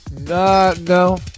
No